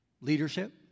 leadership